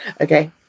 okay